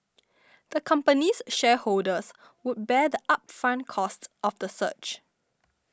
the company's shareholders would bear the upfront costs of the search